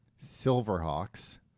Silverhawks